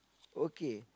okay